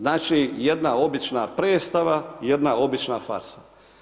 Znači, jedna obična predstava i jedna obična faksa.